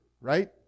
right